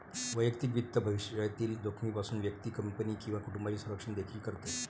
वैयक्तिक वित्त भविष्यातील जोखमीपासून व्यक्ती, कंपनी किंवा कुटुंबाचे संरक्षण देखील करते